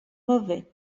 mauvais